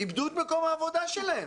איבדו את מקום העבודה שלהם.